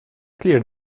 clear